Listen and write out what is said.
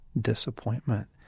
disappointment